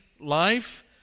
life